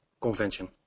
convention